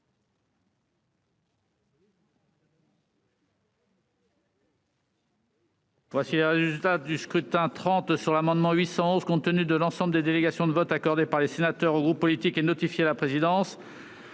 le résultat du scrutin. Voici, compte tenu de l'ensemble des délégations de vote accordées par les sénateurs aux groupes politiques et notifiées à la présidence,